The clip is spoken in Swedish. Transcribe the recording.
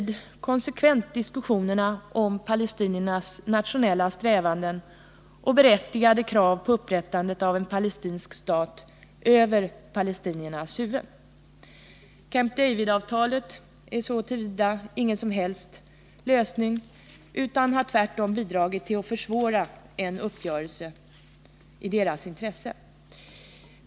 Diskussionerna om palestiniernas nationella strävanden och berättigade krav på upprättande av en palestinsk stat förs emellertid fortfarande konsekvent över palestiniernas huvuden. Camp David-avtalet är så till vida ingen som helst lösning utan har tvärtom bidragit till att försvåra en uppgörelse i palestiniernas intresse.